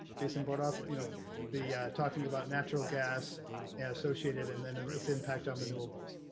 jason board off, you know the talking about natural gas and associated and then its impact on renewables